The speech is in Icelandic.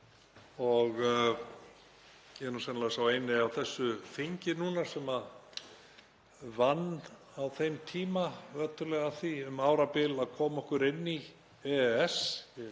Ég er nú sennilega sá eini á þessu þingi núna sem vann á þeim tíma ötullega að því um árabil að koma okkur inn í EES.